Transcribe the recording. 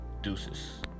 Deuces